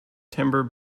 timber